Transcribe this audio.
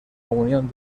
unión